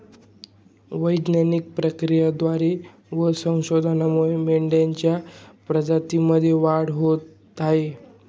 वैज्ञानिक प्रक्रियेद्वारे व संशोधनामुळे मेंढीच्या प्रजातीमध्ये वाढ होत आहे